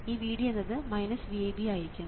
ഈ Vd എന്നത് VAB ആയിരിക്കണം